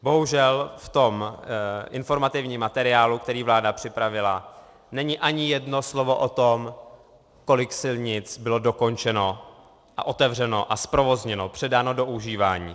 Bohužel v tom informativním materiálu, který vláda připravila, není ani jedno slovo o tom, kolik silnic bylo dokončeno, otevřeno, zprovozněno, předáno do užívání.